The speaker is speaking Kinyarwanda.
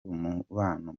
umubano